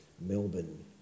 Melbourne